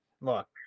Look